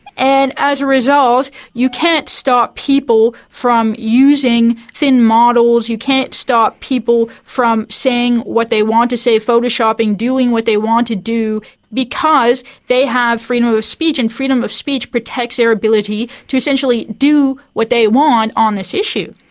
and as a result you can't stop people from using thin models, you can't stop people from saying what they want to say, photoshopping, doing what they want to do because they have freedom of of speech and freedom of speech protects their ability to essentially do what they want on this issue.